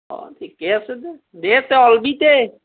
অঁ ঠিকে আছে দে দে তই ওলাবি তে